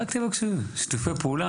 אנחנו בעד שיתופי פעולה,